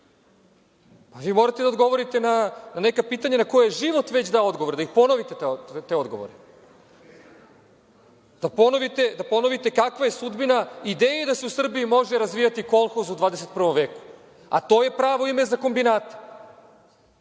Vi morate da odgovorite na neka pitanja na koje je život već dao odgovore, da ponovite te odgovore. Da ponovite kakva je sudbina ideje da se u Srbiji može razvijati kolhos u 21. veku, a to je pravo ime za kombinate.